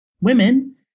women